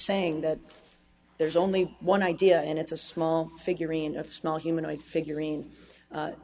saying that there's only one idea and it's a small figurine of small humanoid figurine